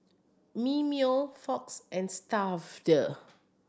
Mimeo Fox and Stuffd